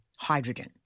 hydrogen